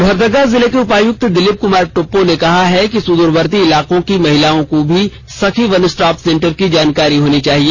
लोहरदगा जिले के उपायुक्त दिलीप कुमार टोप्पो ने कहा है कि सुद्रवर्ती इलाकों की महिलाओं को भी सखी वन स्टॉप सेंटर की जानकारी होनी चाहिए